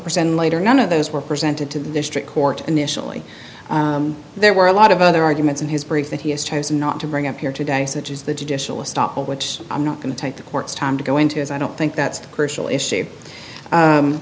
present later none of those were presented to the district court initially there were a lot of other arguments in his brief that he has chosen not to bring up here today such as the judicial stop of which i'm not going to take the court's time to go into his i don't think that's a crucial issue